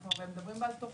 אנחנו הרי מדברים על תכנית.